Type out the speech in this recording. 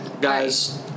Guys